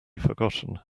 forgotten